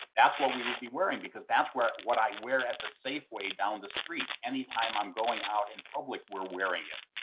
that's what we would be wearing. because that's what i wear at the safeway down the street. any time i'm going out in public we're wearing it,